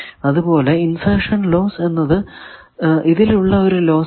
അതുപോലെ insertion loss എന്നത് ഇതിൽ ഉള്ള ഒരു ലോസ് അല്ല